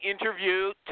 interview